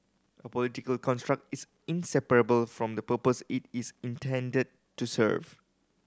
a political construct is inseparable from the purpose it is intended to serve